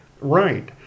Right